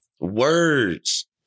Words